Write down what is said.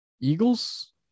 Eagles